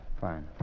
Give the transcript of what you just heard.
Fine